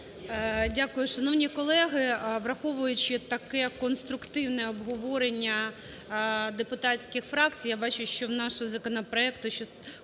Дякую. Шановні колеги, враховуючи таке конструктивне обговорення депутатських фракцій, я бачу, що в нашого законопроекту